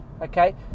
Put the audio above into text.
okay